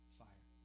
fire